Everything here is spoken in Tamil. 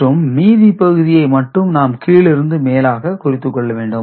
மற்றும் மீதி பகுதியை மட்டும் நாம் கீழிருந்து மேலாக குறித்துக்கொள்ள வேண்டும்